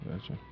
Gotcha